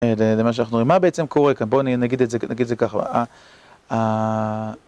זה מה שאנחנו רואים. מה בעצם קורה כאן? בואו נגיד את זה ככה.